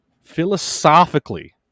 philosophically